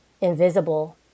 invisible